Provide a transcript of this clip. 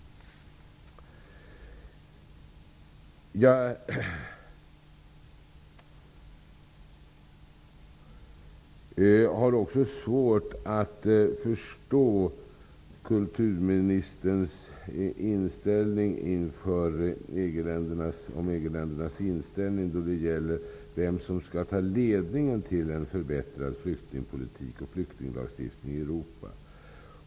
Jag har också svårt att förstå kulturministern när det gäller EG-ländernas inställning beträffande vem som skall ta ledningen för en förbättrad flyktingpolitik och flyktinglagstiftning i Europa.